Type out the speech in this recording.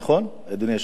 נכון, אדוני היושב-ראש?